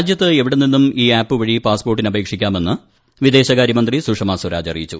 രാജ്യത്ത് എവിടെനിന്നും ഈ ആപ്പ് വഴി പാസ്പോർട്ടീസ് അപേക്ഷിക്കാമെന്ന് വിദേശകാര്യമന്ത്രി സുഷമ സ്വരാജ് അറിയിച്ചു